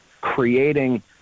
creating –